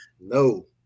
no